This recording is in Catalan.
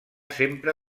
sempre